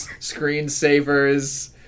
screensavers